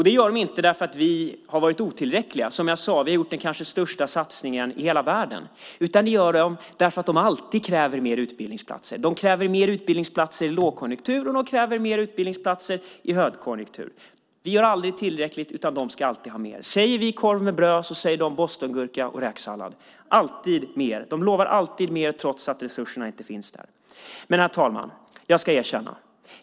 Det gör de inte för att vi har varit otillräckliga. Som jag sade har vi gjort den kanske största satsningen i hela världen. Det gör de för att de alltid kräver mer utbildningsplatser. De kräver mer utbildningsplatser i lågkonjunktur, och de kräver mer utbildningsplatser i högkonjunktur. Vi gör aldrig tillräckligt. De ska alltid ha mer. Säger vi korv med bröd säger de bostongurka och räksallad. Alltid mer. De lovar alltid mer trots att resurserna inte finns där. Men, herr talman, jag ska erkänna.